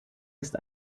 ist